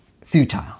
Futile